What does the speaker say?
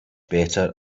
better